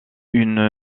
une